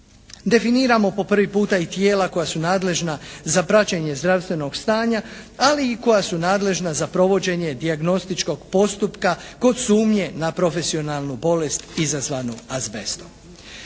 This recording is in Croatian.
Definiramo po prvi puta i tijela koja su nadležna za praćenje zdravstvenog stanja, ali i koja su nadležna za provođenje dijagnostičkog postupka kod sumnje na profesionalnu bolest izazvanu azbestom.